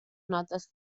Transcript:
notes